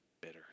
bitter